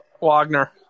Wagner